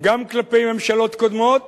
גם כלפי ממשלות קודמות